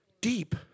Deep